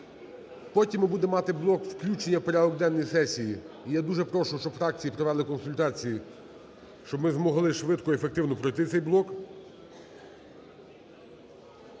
Потім ми будемо мати блок включення в порядок денний сесії. І я дуже прошу, щоб фракції провели консультації, щоб ми змогли швидко і ефективно пройти цей блок.